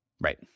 Right